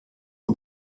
een